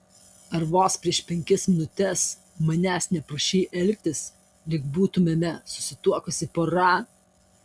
ar vos prieš penkias minutes manęs neprašei elgtis lyg būtumėme susituokusi pora